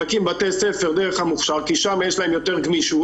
להקים בתי ספר דרך המוכש"ר כי שם יש להם יותר גמישות.